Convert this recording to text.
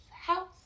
house